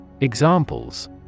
Examples